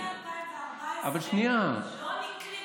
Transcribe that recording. אבל האם מ-2014 לא נקלטו?